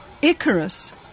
Icarus